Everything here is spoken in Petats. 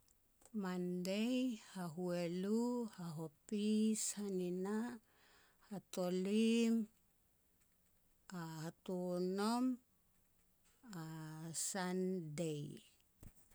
Mandei, hahualu, hahopis, hanina, hatolim, hatonom, Sandei.